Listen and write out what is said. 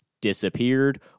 disappeared